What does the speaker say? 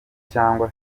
cyangwa